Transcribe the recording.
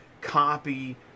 copy